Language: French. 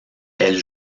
elle